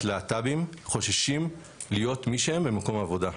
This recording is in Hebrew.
להט"בים חוששים להיות מי שהם במקום העבודה.